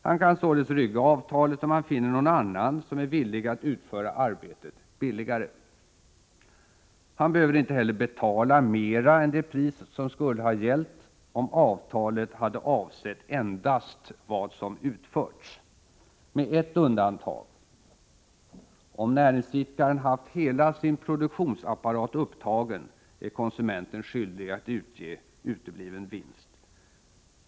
Han kan således rygga avtalet, om han finner någon annan som är villig att utföra arbetet billigare. Han behöver inte heller betala mera än det pris som skulle ha gällt om avtalet hade avsett endast vad som utförts — med ett undantag: Om näringsidkaren haft hela sin produktionsapparat upptagen är konsumenten skyldig att utge utebliven vinst.